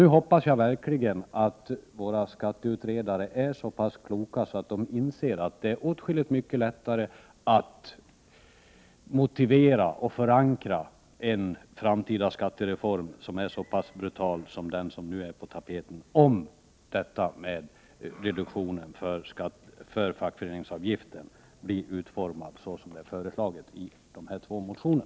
Nu hoppas jag verkligen att våra skatteutredare är så kloka att de inser att det är åtskilligt mycket lättare att motivera och förankra en framtida skattereform som är så brutal som den som nu är på tapeten, om detta med reduktionen för fackföreningsavgiften blir utformad som det är föreslaget i dessa två motioner.